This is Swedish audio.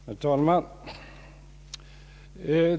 Herr talman!